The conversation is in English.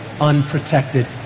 unprotected